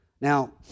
Now